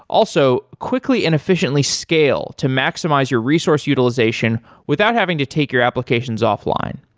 also, quickly and efficiently scale to maximize your resource utilization without having to take your applications offline.